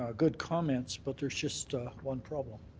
ah good comments, but there's just one problem.